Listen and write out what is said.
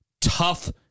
tough